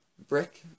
brick